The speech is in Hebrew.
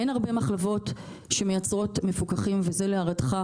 אין הרבה מחלבות שמייצרות מפוקחים וזה להערתך,